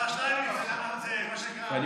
השר שטייניץ, זה מה שנקרא: נגעת, נסעת.